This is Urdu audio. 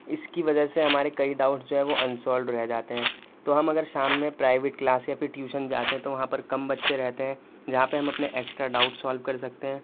اس کی وجہ سے ہمارے کئی ڈاؤٹس جو ہے وہ انسولڈ رہ جاتے ہیں تو ہم اگر شام میں پرائیویٹ کلاس یا پھر ٹیوشن جاتے ہیں تو وہاں پر کم بچے رہتے ہیں جہاں پہ ہم اپنے ایکسٹرا ڈاؤٹ سالوو کر سکتے ہیں